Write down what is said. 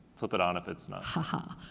flip it on if it's not. ha